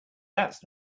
that’s